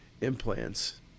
implants